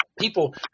People